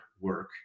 work